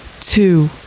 two